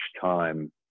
time